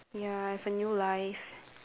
ya have a new life